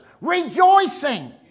rejoicing